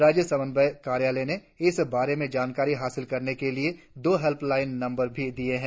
राज्य समन्वय कार्यालय ने इस बार में जानकारी हासिल करने के लिए दो हेल्पलाइन नंबर भी दिए है